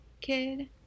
kid